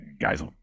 guys